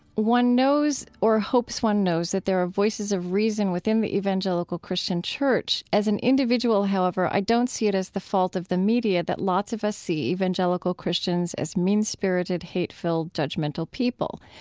one knows or hopes one knows that there are voices of reason within the evangelical christian church. as an individual, however, i don't see it as the fault of the media that lots of us see evangelical christians as mean-spirited, hate-filled, judgmental people.